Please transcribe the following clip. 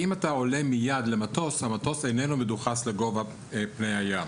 אם אתה עולה מיד למטוס המטוס איננו מדוחס לגובה פני הים,